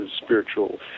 spiritual